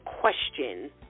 question